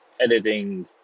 editing